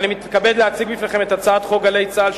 אני מתכבד להציג בפניכם את הצעת חוק גלי צה"ל,